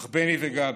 אך בני וגבי,